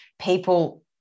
People